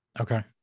Okay